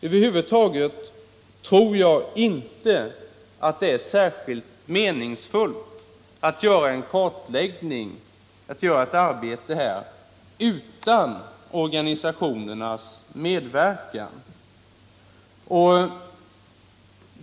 Över huvud taget tror jag inte att det är särskilt meningsfullt att göra en kartläggning utan organisationernas medverkan.